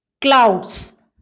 Clouds